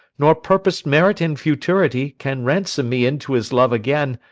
nor purpos'd merit in futurity, can ransom me into his love again,